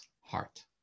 heart